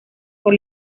por